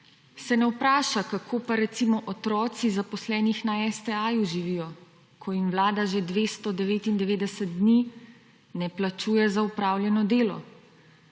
se ne vpraša, kako pa recimo otroci zaposlenih na STA-ju živijo, ko jim vlada že 299 dni ne plačuje za opravljeno delo.